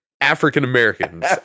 African-Americans